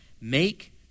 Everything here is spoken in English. Make